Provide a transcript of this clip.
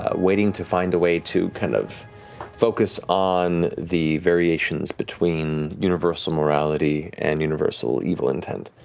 ah waiting to find a way to kind of focus on the variations between universal morality and universal evil intent.